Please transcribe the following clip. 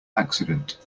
accident